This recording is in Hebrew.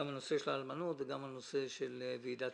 גם הנושא של האלמנות וגם הנושא של ועידת